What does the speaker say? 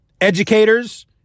Educators